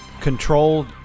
controlled